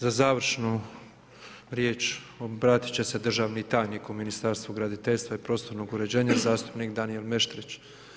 Za završnu riječ obratit će se državni tajnik u Ministarstvu graditeljstva i prostornog uređenja gospodin Danijel Meštrić.